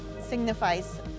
signifies